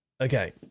Okay